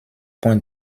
point